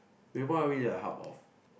wait what are we in a hub of